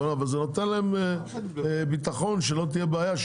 אבל זה נותן להם ביטחון שלא תהיה בעיה,